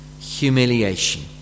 humiliation